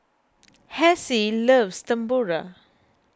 Hezzie loves Tempura